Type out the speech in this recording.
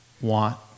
want